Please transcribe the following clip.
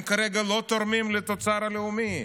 הם כרגע לא תורמים לתוצר הלאומי.